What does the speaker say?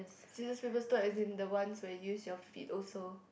scissors paper stone as in the ones where you use your feet also